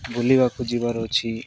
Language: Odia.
ବୁଲିବାକୁ ଯିବାର ଅଛି